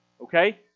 Okay